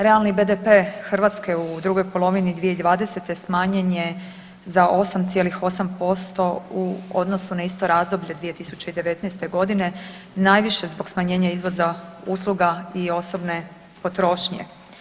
Realni BDP Hrvatske u drugoj polovini 2020. smanjen je za 8,8% u odnosu na isto razdoblje 2019. godine najviše zbog smanjenja izvoza usluga i osobne potrošnje.